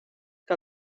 que